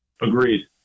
Agreed